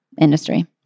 industry